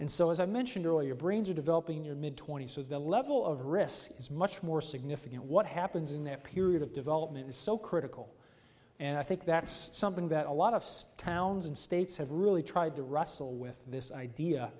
and so as i mentioned earlier brains are developing your mid twenty's so the level of risk is much more significant what happens in that period of development is so critical and i think that's something that a lot of stones and states have really tried to russell with this idea